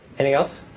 anything else?